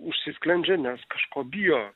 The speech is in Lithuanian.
užsisklendžia nes kažko bijo